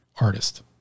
artist